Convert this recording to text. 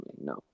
No